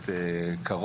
בקשה.